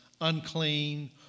unclean